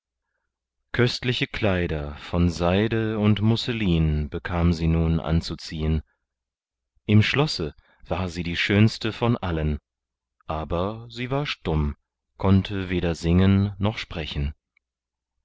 köstliche kleider von seide und musselin bekam sie nun anzuziehen im schlosse war sie die schönste von allen aber sie war stumm konnte weder singen noch sprechen